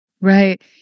Right